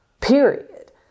period